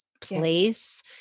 place